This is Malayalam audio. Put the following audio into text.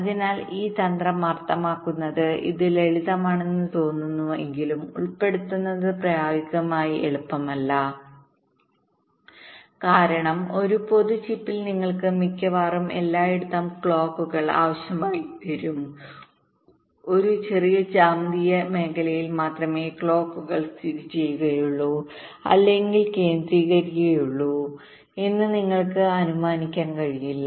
അതിനാൽ ഈ തന്ത്രം അർത്ഥമാക്കുന്നത് ഇത് ലളിതമാണെന്ന് തോന്നുമെങ്കിലും ഉൾപ്പെടുത്തുന്നത് പ്രായോഗികമായി എളുപ്പമല്ല കാരണം ഒരു പൊതു ചിപ്പിൽ നിങ്ങൾക്ക് മിക്കവാറും എല്ലായിടത്തും ക്ലോക്കുകൾ ആവശ്യമായി വരും ഒരു ചെറിയ ജ്യാമിതീയ മേഖലയിൽ മാത്രമേ ക്ലോക്കുകൾ സ്ഥിതിചെയ്യുകയുള്ളൂ അല്ലെങ്കിൽ കേന്ദ്രീകരിക്കുകയുള്ളൂ എന്ന് നിങ്ങൾക്ക് അനുമാനിക്കാൻ കഴിയില്ല